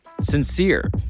sincere